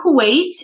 Kuwait